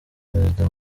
perezida